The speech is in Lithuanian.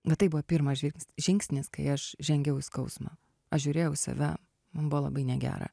bet tai buvo pirmas žvilgs žingsnis kai aš žengiau į skausmą aš žiūrėjau į save man buvo labai negera